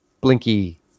blinky